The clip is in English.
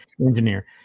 engineer